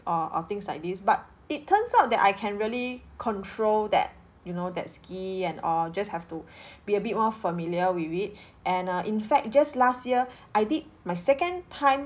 or or things like this but it turns out that I can really control that you know that ski and all just have to be a bit more familiar with it and uh in fact just last year I did my second time